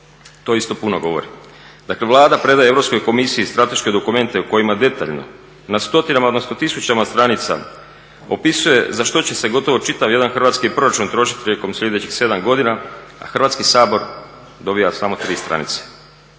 To isto puno govori. Dakle, Vlada predaje Europskoj komisiji strateške dokumente u kojima detaljno na stotinama, odnosno tisućama stranica opisuje za što će se gotovo čitav jedan hrvatski proračun trošiti tijekom sljedećih sedam godina, a Hrvatski sabor dobija samo tri stranice.